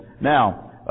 Now